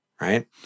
right